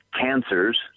cancers